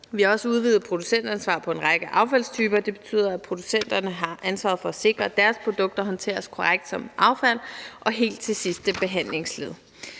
Vi har også udvidet producentansvaret på en række affaldstyper, og det betyder, at producenterne har ansvaret for at sikre, at deres produkter håndteres korrekt som affald og helt til sidste behandlingsled.